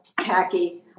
khaki